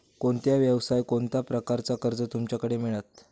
कोणत्या यवसाय कोणत्या प्रकारचा कर्ज तुमच्याकडे मेलता?